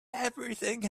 everything